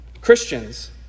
Christians